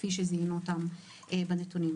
כפי שזיהינו אותם בנתונים.